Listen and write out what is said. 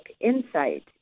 Insight